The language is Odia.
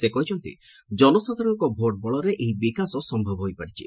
ସେ କହିଛନ୍ତି ଜନସାଧାରଣଙ୍କ ଭୋଟ୍ ବଳରେ ଏହି ବିକାଶ ସ ହୋଇପାରିଛି